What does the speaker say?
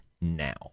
now